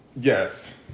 Yes